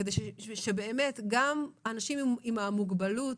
כדי שגם אנשים עם מוגבלות